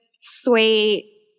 sweet